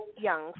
young